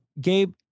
Gabe